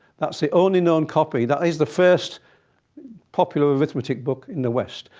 that's the only known copy. that is the first popular arithmetic book in the west.